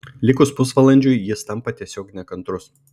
likus pusvalandžiui jis tampa tiesiog nekantrus